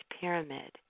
pyramid